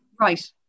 Right